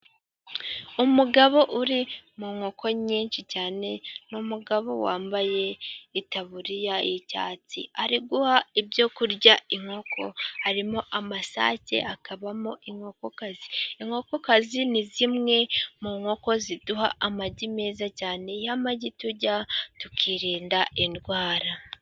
Umugabo uri mu nkoko nyinshi cyane, ni umugabo wambaye itaburiya y'icyatsi, ari guha ibyo kurya inkoko harimo amasake akabamo inkokokazi. Inkokokazi ni zimwe mu nkoko ziduha amagi meza cyane y'amagi turya tukirinda indwara.